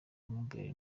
mobile